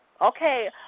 Okay